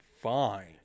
fine